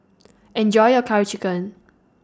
Enjoy your Curry Chicken